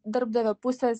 darbdavio pusės